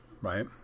Right